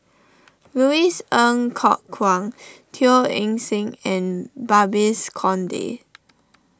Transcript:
Louis Ng Kok Kwang Teo Eng Seng and Babes Conde